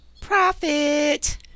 Profit